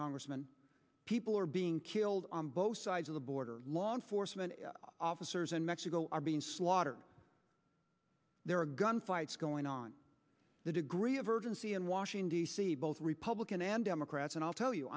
congressman people are being killed on both sides of the border law enforcement officers in mexico are being slaughtered there are gun fights going on the degree of urgency in washington d c both republican and democrats and i'll tell you